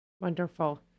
Wonderful